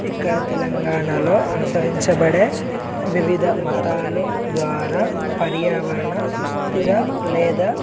ఇక్కడ తెలంగాణలో అనుసరించబడే వివిధ మతాలు ద్వారా పర్యావరణ సుస్థిర లేదా